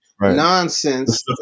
nonsense